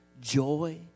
joy